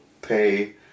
pay